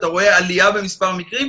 אתה רואה עלייה במספר מקרים,